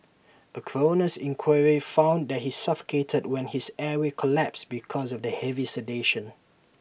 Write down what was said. A coroner's inquiry found that he suffocated when his airway collapsed because of the heavy sedation